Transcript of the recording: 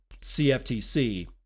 CFTC